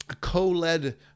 co-led